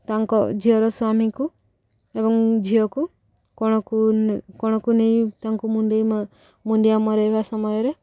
ତାଙ୍କ ଝିଅର ସ୍ୱାମୀକୁ ଏବଂ ଝିଅକୁ କୋଣକୁ କୋଣକୁ ନେଇ ତାଙ୍କୁ ମୁଣ୍ଡିଆ ମରାଇବା ସମୟରେ